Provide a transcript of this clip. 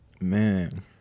Man